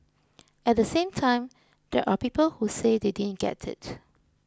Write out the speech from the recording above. at the same time there are people who say they didn't get it